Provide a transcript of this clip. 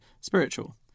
spiritual